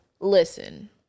listen